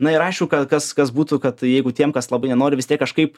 na ir aišku ka kas kas būtų kad jeigu tiem kas labai nenori vis tiek kažkaip